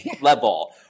level